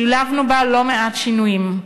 שילבנו בה לא-מעט שינויים,